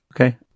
Okay